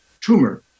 tumor